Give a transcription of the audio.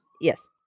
Yes